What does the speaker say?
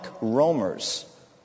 roamers